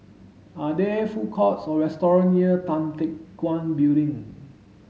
are there food courts or restaurants near Tan Teck Guan Building